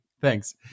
Thanks